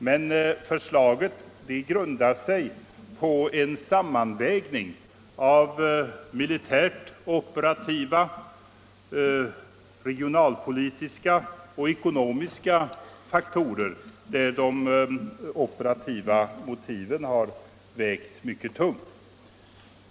Men förslaget grundar sig på en sammanvägning av militärt operativa, regionalpolitiska och ekonomiska faktorer där de operativa motiven har vägt mycket tungt.